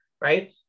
right